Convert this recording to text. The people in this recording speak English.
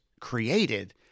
created